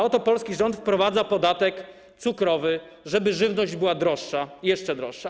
Oto polski rząd wprowadza podatek cukrowy, żeby żywność była droższa, jeszcze droższa.